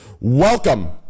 welcome